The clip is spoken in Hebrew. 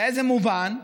באיזה מובן?